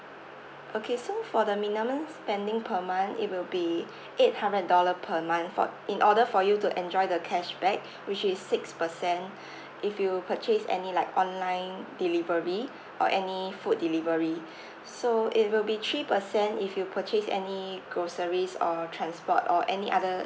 okay so for the minimum spending per month it will be eight hundred dollar per month for in order for you to enjoy the cashback which is six percent if you purchase any like online delivery or any food delivery so it will be three percent if you purchase any groceries or transport or any other